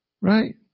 Right